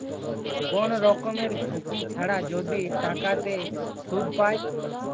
কোন রকমের ঝুঁকি ছাড়া যদি টাকাতে সুধ পায়